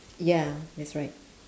ya that's right